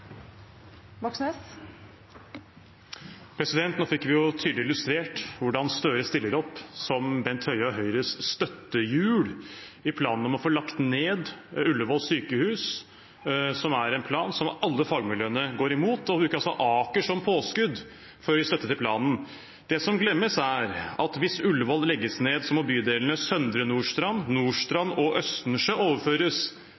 Nå fikk vi tydelig illustrert hvordan Gahr Støre stiller opp som Bent Høie og Høyres støttehjul i planen om å få lagt ned Ullevål sykehus – som er en plan som alle fagmiljøene går imot – og bruker Aker som påskudd for å gi støtte til planen. Det som glemmes, er at hvis Ullevål legges ned, må bydelene Søndre Nordstrand,